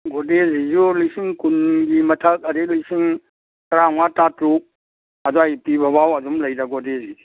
ꯒꯣꯗ꯭ꯔꯦꯖꯁꯤꯁꯨ ꯂꯤꯁꯤꯡ ꯀꯨꯟꯒꯤ ꯃꯊꯛ ꯑꯗꯒꯤ ꯂꯤꯁꯤꯡ ꯇꯔꯥ ꯃꯉꯥ ꯇꯔꯥ ꯇꯔꯨꯛ ꯑꯗꯥꯏ ꯄꯤꯕꯕꯥꯎ ꯑꯗꯨꯝ ꯂꯩꯗ ꯒꯣꯗ꯭ꯔꯦꯖꯒꯤꯗꯤ